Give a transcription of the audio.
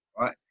Right